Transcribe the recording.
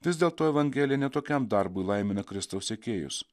vis dėlto evangelija ne tokiam darbui laimina kristaus sekėjus